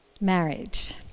Marriage